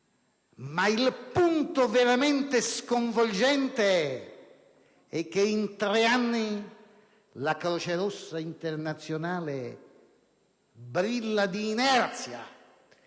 ma il punto veramente sconvolgente è che in tre anni la Croce Rossa internazionale brilla per inerzia,